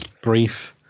brief